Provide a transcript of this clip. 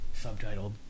Subtitled